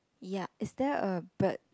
ya is there a bird